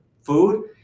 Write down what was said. food